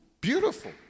beautiful